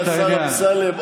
השר אמסלם,